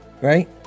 Right